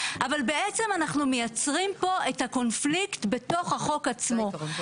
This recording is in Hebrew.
למעשה, אנחנו מצאנו שני חוקים מרכזיים.